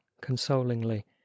consolingly